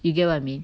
you get what I mean